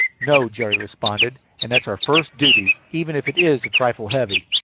no, jerry responded, and that's our first duty, even if it is a trifle heavy.